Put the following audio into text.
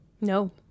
No